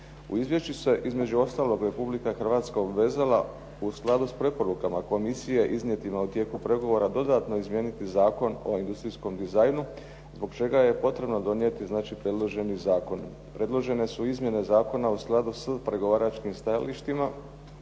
U izvješću se između ostaloga Republika Hrvatska obvezala u skladu sa preporukama komisije iznijetim u tijeku pregovora dodatno izmijeniti Zakon o industrijskom dizajnu zbog čega je potrebno donijeti znači predloženi zakon. Predložene su izmjene zakona u skladu s pregovaračkim stajalištima